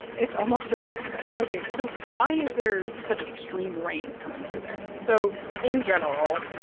it's almost just like that. ok. so why is there such extreme rain coming through there? so in general,